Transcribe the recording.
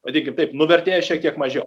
vadinkim taip nuvertėja šiek tiek mažiau